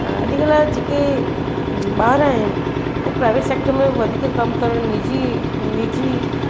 अॼुकल्ह जेके ॿार आहिनि हूअ प्राइवेट सेक्टर में वधीक कमु करणु निजी निजी